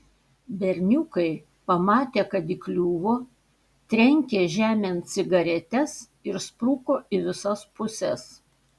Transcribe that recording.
berniukai pamatę kad įkliuvo trenkė žemėn cigaretes ir spruko į visas puses